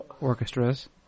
orchestras